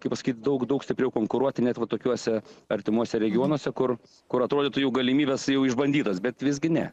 kaip pasakyti daug daug stipriau konkuruoti net tokiuose artimuose regionuose kur kur atrodytų jų galimybės jau išbandytos bet visgi ne